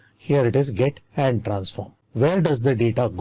here it is get and transform. where does the data go?